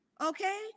Okay